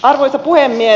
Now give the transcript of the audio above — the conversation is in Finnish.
arvoisa puhemies